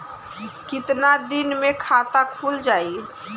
कितना दिन मे खाता खुल जाई?